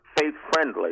faith-friendly